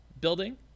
building